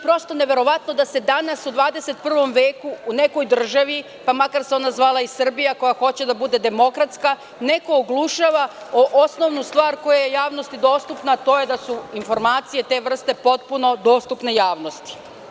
Prosto mi je neverovatno da se danas u 21 veku u nekoj državi, makar se ona zvala i Srbija koja hoće da bude demokratska, neko oglušava o osnovnu stvar koja je javnosti dostupna, a to je da se informacije te vrste potpuno dostupne javnosti.